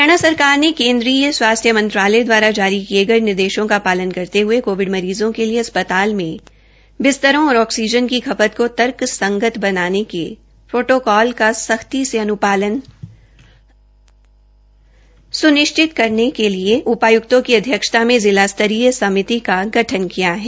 हरियाणा सरकार ने केन्द्रीय स्वास्थ्य मंत्रालय दवारा जारी किए गए निर्देशों का पालन करते हए कोविड मरीजों के लिए अस्पताल में बिस्तरों और ऑक्सीजन की खपत को तर्कसंगत बनाने के प्रोटोकॉल का सख्ती से अन्पालन सुनिश्चित करने के लिए उपाय्क्तों की अध्यक्षता में जिला स्तरीय समिति का गठन किया है